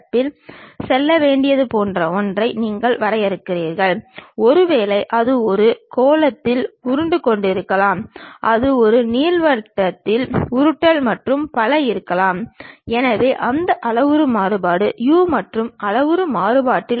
புள்ளிகள் அனைத்தும் a போல ஒரே ஒரு சிறிய ஆங்கில எழுத்து மூலமும் அல்லது ஒரு கோடானது ab என்ற இரண்டு சிறிய ஆங்கில எழுத்துக்கள் மூலம் குறிக்கப்படுகிறது